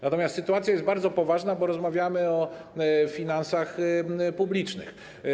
Natomiast sytuacja jest bardzo poważna, bo rozmawiamy o finansach publicznych.